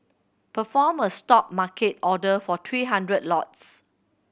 perform a Stop market order for three hundred lots